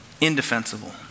Indefensible